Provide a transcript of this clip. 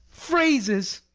phrases!